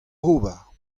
ober